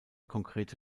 konkrete